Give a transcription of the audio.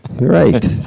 Right